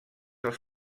als